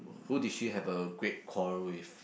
who did she have a great quarrel with